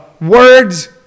words